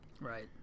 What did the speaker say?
right